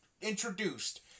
introduced